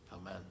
Amen